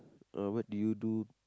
uh what do you do